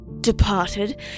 departed